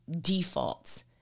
defaults